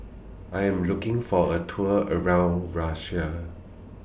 I Am looking For A Tour around Russia